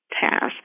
task